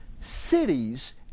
cities